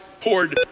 poured